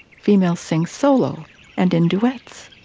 females sing solo and in duets.